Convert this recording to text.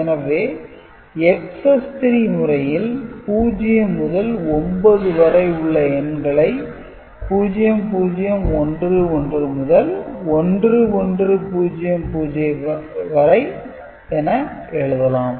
எனவே Excess - 3 முறையில் 0 முதல் 9 வரை உள்ள எண்களை 0 0 1 1 முதல் 1 1 0 0 வரை என எழுதலாம்